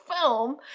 film